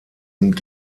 und